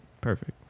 Perfect